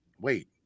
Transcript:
wait